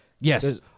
Yes